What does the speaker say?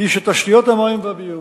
היא שתשתיות המים והביוב,